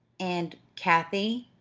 and kathie?